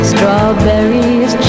Strawberries